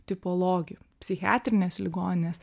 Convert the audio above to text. tipologijų psichiatrinės ligoninės